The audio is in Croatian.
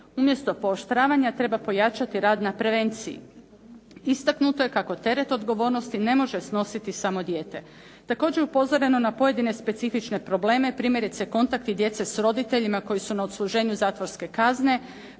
umjesto pooštravanja treba pojačati rad na prevenciji. Istaknuto je kako teret odgovornosti ne može snositi samo dijete. Također je upozoreno na pojedine specifične probleme primjerice kontakti djece s roditeljima koji su na odsluženju zatvorske kazne,